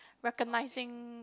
recognising